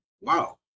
wow